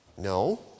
No